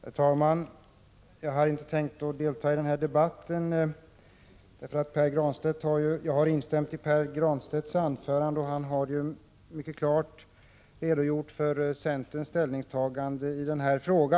Herr talman! Jag hade inte tänkt delta i denna debatt, eftersom jag har instämt i Pär Granstedts anförande, där han mycket klart redogjorde för centerns ställningtagande i denna fråga.